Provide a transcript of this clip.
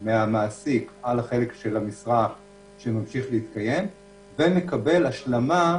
מהמעסיק על חלק המשרה שממשיך להתקיים ומקבל השלמה,